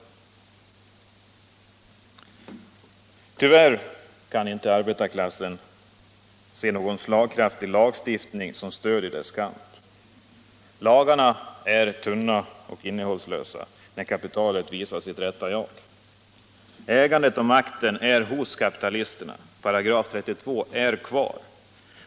Tyvärr kan inte arbetarklassen se någon slagkraftig lagstiftning som stöder denna kamp. Lagarna är tunna och innehållslösa när kapitalet visar sitt rätta jag. Ägandet och makten är hos kapitalisterna, § 32 är kvar.